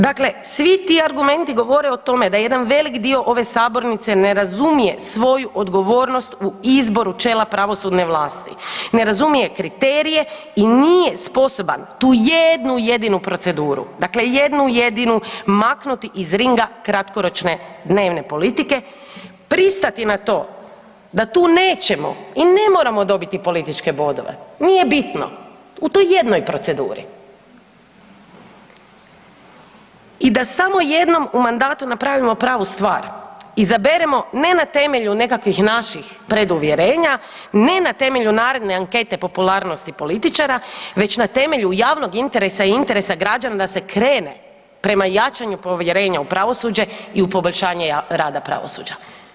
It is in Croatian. Dakle svi ti argumenti govore o tome da jedan velik dio ove sabornice ne razumije svoju odgovornost u izboru čela pravosudne vlasti, ne razumije kriterije i nije sposoban tu jednu jedinu proceduru, dakle jednu jedinu, maknuti iz ringa kratkoročne dnevne politike, pristati na to da tu nećemo i ne moramo dobiti političke bodove, nije bitno u toj jednoj proceduri i da samo jednom u mandatu napravimo pravu stvar, izaberemo, ne na temelju nekakvih naših preduvjerenja, ne na temelju naredne ankete popularnosti političara, već na temelju javnog interesa i interesa građana da se krene prema jačanju povjerenja u pravosuđe i u poboljšanje rada pravosuđa.